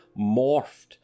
morphed